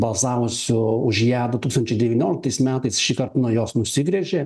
balsavusių už ją du tūkstančiai devynioliktais metais šįkart nuo jos nusigręžė